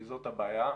בבקשה.